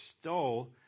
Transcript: stole